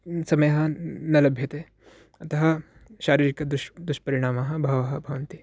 समयः न लभ्यते अतः शारीरिकदुष् दुष्परिणामः बहवः भवन्ति